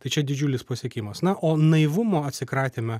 tai čia didžiulis pasiekimas na o naivumo atsikratėme